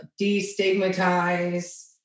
destigmatize